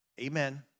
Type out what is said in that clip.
Amen